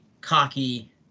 cocky